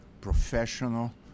professional